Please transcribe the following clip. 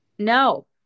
No